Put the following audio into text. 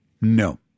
No